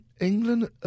England